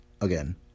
Again